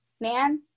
man